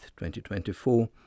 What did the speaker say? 2024